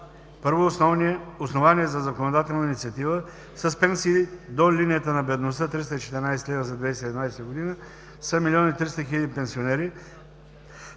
І. Основания за законодателна инициатива. С пенсии до линията на бедността 314 лв. за 2017 г. са 1,3 млн. пенсионери,